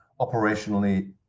operationally